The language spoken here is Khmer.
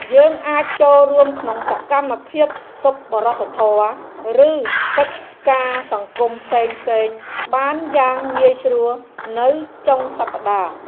យើងអាចចូលរួមក្នុងសកម្មភាពសប្បុរសធម៌ ឬកិច្ចការសង្គមផ្សេងៗបានយ៉ាងងាយស្រួលនៅចុងសប្តាហ៍។